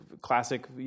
classic